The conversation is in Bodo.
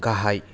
गाहाय